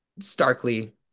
starkly